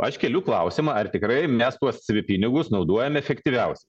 aš keliu klausimą ar tikrai mes tuos pinigus naudojami efektyviausi